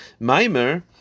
maimer